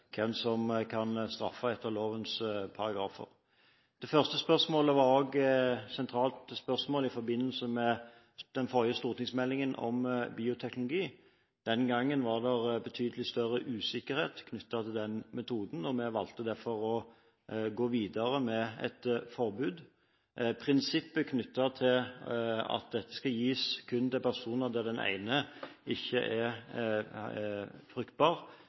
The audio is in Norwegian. hvem som kan straffes etter lovens paragrafer. Det første spørsmålet var også et sentralt spørsmål i forbindelse med den forrige stortingsmeldingen om bioteknologi. Den gangen var det betydelig større usikkerhet knyttet til den metoden, og vi valgte derfor å gå videre med et forbud. Prinsippet knyttet til at dette kun skal gis til personer der den ene ikke er fruktbar,